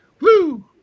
Woo